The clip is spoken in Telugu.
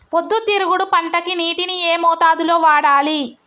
పొద్దుతిరుగుడు పంటకి నీటిని ఏ మోతాదు లో వాడాలి?